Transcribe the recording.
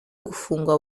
gufungwa